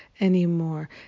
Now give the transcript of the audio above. anymore